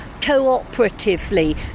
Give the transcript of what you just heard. cooperatively